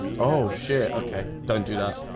oh shit. okay, don't do that.